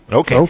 Okay